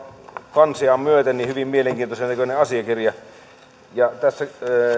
kansiaan myöten hyvin mielenkiintoisen näköinen asiakirja tässä